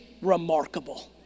remarkable